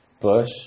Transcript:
Bush